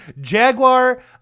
Jaguar